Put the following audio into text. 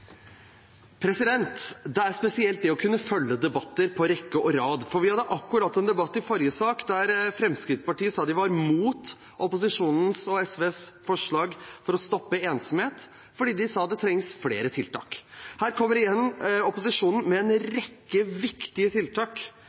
hadde akkurat en debatt i forrige sak der Fremskrittspartiet sa de var imot forslaget fra opposisjonen, inkludert SV, for å stoppe ensomhet, fordi de sa det trengs flere tiltak. Her kommer igjen opposisjonen med en rekke forslag til viktige tiltak,